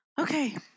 Okay